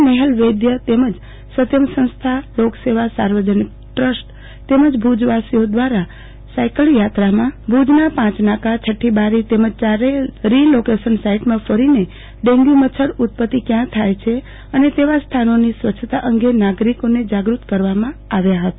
નેફલ વૈધ તેમજ સત્યમ સંસ્થાલોક સેવા સાર્વજનિક ટ્રસ્ટ તેમજ ભુજવાસીઓ દ્રારા સાયકલયાત્રા ભુજના પાંચનાકાછકીબારી તેમજ ચારેય રીલોકેશન સાઈટમાં ફરીને ડેન્ગ્યુ મચ્છર ઉત્પતિ ક્યાં થાય છે અને તેવા સ્થાનોની સ્વચ્છતા અંગે નાગરિકોને જાગૃત કરવામાં આવ્યા ફતા